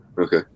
Okay